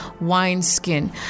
wineskin